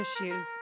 issues